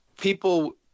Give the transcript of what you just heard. people